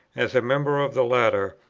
as a member of the latter,